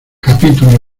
capítulos